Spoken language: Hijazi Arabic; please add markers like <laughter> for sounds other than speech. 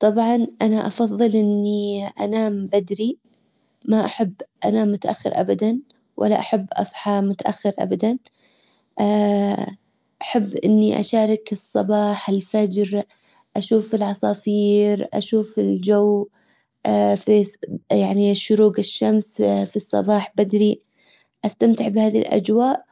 طبعا انا افضل اني انام بدري. ما احب انام متأخر ابدا ولا احب اصحى متأخر ابدا. احب اني اشارك الصباح الفجر اشوف العصافير اشوف الجو <hesitation> شروق الشمس في الصباح بدري استمتع بهذه الاجواء